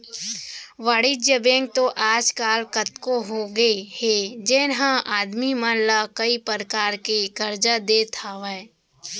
वाणिज्य बेंक तो आज काल कतको होगे हे जेन ह आदमी मन ला कई परकार के करजा देत हावय